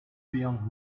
beyond